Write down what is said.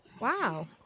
Wow